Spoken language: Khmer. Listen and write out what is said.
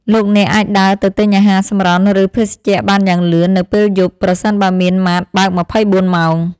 លោកអ្នកអាចដើរទៅទិញអាហារសម្រន់ឬភេសជ្ជៈបានយ៉ាងលឿននៅពេលយប់ប្រសិនបើមានម៉ាតបើកម្ភៃបួនម៉ោង។